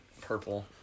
purple